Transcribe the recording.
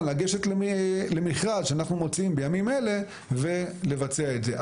לגשת למכרז שאנחנו מוציאים בימים אלה ולבצע את זה,